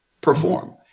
perform